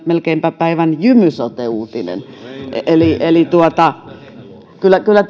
melkeinpä päivän jymy sote uutinen eli eli kyllä kyllä